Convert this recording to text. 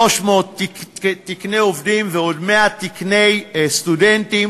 300 תקני עובדים ועוד 100 תקני סטודנטים,